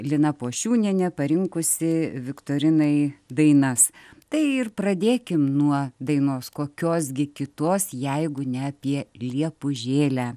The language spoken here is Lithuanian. lina pošiūnienė parinkusi viktorinai dainas tai ir pradėkim nuo dainos kokios gi kitos jeigu ne apie liepužėlę